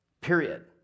Period